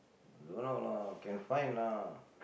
Don't know lah can find lah